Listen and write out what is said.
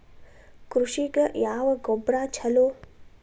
ಕೃಷಿಗ ಯಾವ ಗೊಬ್ರಾ ಛಲೋ?